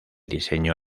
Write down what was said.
diseño